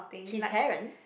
his parents